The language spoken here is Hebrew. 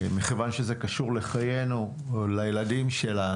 מכיוון שזה קשור לחיינו ולילדים שלנו